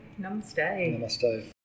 Namaste